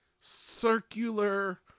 circular